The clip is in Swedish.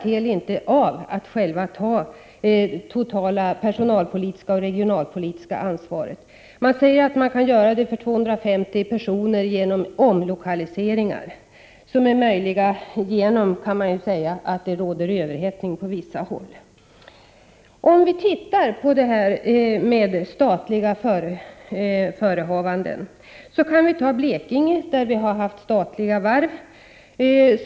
Nu klarar inte Teli att självt ta det totala personalpolitiska och regionalpolitiska ansvaret. Företaget säger sig kunna ta ansvar för 250 personer genom omlokaliseringar som är möjliga på grund av att det råder överhettning på vissa håll, kan man säga. Om vi studerar statliga förehavanden kan vi börja med Blekinge som haft statliga varv.